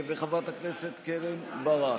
וחברת הכנסת קרן ברק.